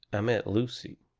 i met lucy.